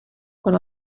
quan